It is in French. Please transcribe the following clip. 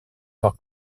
avoir